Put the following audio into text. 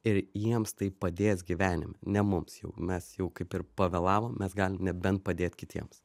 ir jiems tai padės gyvenime ne mums jau mes jau kaip ir pavėlavom mes galim nebent padėt kitiems